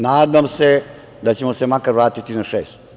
Nadam se da ćemo se makar vratiti na šest.